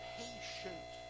patient